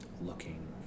looking